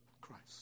Christ